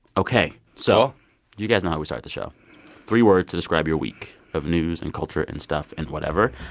ok, so you guys know how we start the show three words to describe your week of news and culture and stuff and whatever.